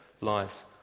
lives